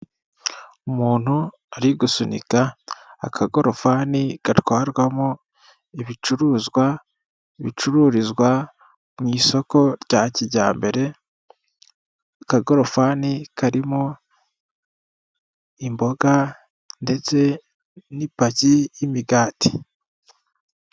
Umuntu ari gusunika akagorofani gatwarwamo ibicuruzwa bicururizwa mu isoko rya kijyambere akagorofani karimo imboga ndetse n'ipaki y'imigati.